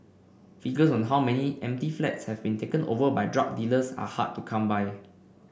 figures on how many empty flats have been taken over by drug dealers are hard to come by